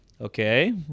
Okay